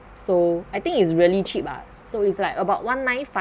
so I think it's really cheap so it's like about one nine